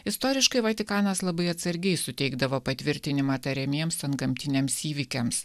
istoriškai vatikanas labai atsargiai suteikdavo patvirtinimą tariamiems antgamtiniams įvykiams